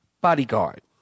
bodyguard